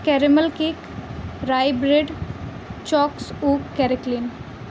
caramel cake rye bread chocs oak کیریکلین